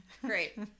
Great